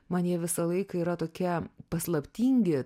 man jie visą laiką yra tokie paslaptingi